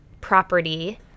property